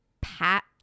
Pat